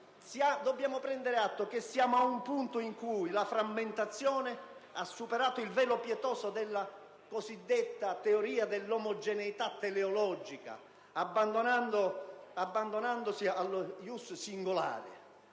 dobbiamo prendere atto che siamo ad un punto in cui la frammentazione ha superato il velo pietoso della cosiddetta teoria dell'omogeneità teleologica, abbandonandosi allo *ius singulare*.